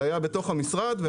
זה היה בתוך המשרד.